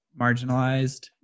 marginalized